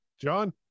John